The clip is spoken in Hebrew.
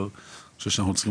אני חושב שאנחנו צריכים